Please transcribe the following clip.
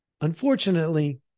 Unfortunately